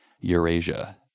Eurasia